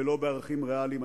ולא בערכים ריאליים.